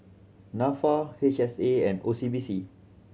Nafa H S A and O C B C